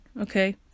okay